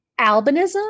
Albinism